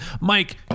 Mike